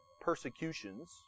persecutions